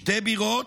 שתי בירות,